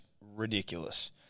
ridiculous